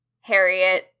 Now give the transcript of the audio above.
Harriet